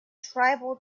tribal